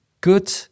good